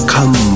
Come